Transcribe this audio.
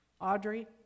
Audrey